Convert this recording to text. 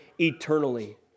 eternally